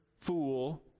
fool